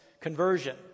conversion